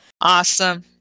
Awesome